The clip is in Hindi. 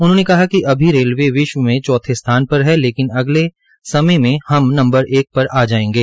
उन्होंने कहा कि सभी रेलवे विश्व में चौथे स्थान पर है लेकिन आने वाले समय मे हम नंबर एक पर आयेंगे